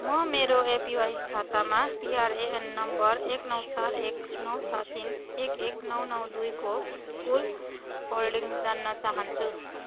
म मेरो एपिवाई खातामा पिआरएएन नम्बर एक नौ चार एक नौ छ तिन एक एक नौ नौ दुईको कुल होल्डिङ जान्न चाहन्छु